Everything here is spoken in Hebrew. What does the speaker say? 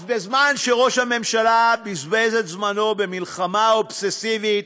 אז בזמן שראש הממשלה בזבז את זמנו במלחמה אובססיבית